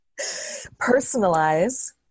Personalize